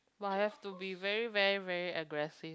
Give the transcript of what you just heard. but have to be very very very aggressive